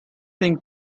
thing